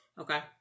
Okay